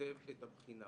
שכותב את הבחינה.